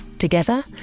Together